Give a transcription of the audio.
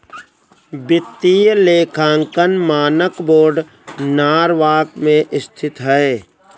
वित्तीय लेखांकन मानक बोर्ड नॉरवॉक में स्थित है